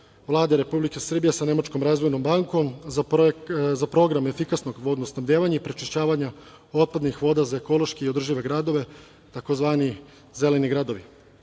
Vlade Republike Srbije sa Nemačkom Razvojnom bankom za program efikasnog vodosnabdevanja i prečišćavanja otpadnih voda za ekološki i održive gradove, tzv. zeleni gradovi. Ovaj